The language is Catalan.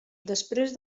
després